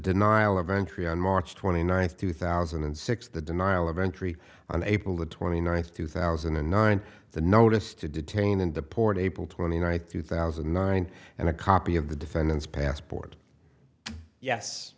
denial of entry on march twenty ninth two thousand and six the denial of entry on april twenty ninth two thousand and nine the notice to detain in the port april twenty ninth two thousand and nine and a copy of the defendant's passport yes